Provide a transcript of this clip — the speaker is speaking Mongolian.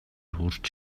хүрч